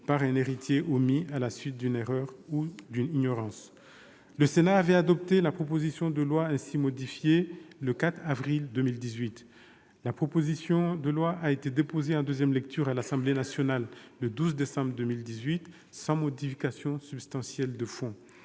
par un héritier omis à la suite d'une erreur ou d'une ignorance. Le Sénat avait adopté la proposition de loi ainsi modifiée le 4 avril 2018. Ce texte a été adopté en deuxième lecture par l'Assemblée nationale le 12 décembre 2018, sans modification substantielle de fond.